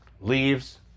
leaves